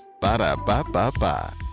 Ba-da-ba-ba-ba